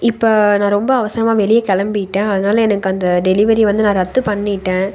இப்போ நான் ரொம்ப அவசரமாக வெளியே கிளம்பிட்டேன் அதனால் எனக்கு அந்த டெலிவரி வந்து நான் ரத்து பண்ணிவிட்டேன்